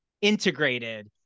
integrated